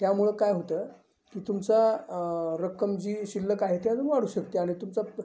त्यामुळं काय होतं की तुमचा रक्कम जी शिल्लक आहे ती अजून वाढू शकते आणि तुमचा